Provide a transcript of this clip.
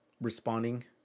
responding